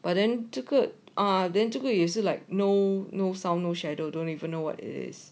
but then 这个 ah 这个也是 like no no sound no shadow don't even know what it is